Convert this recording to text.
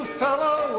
fellow